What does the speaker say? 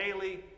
daily